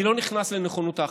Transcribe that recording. אני לא נכנס לנכונות ההחלטה,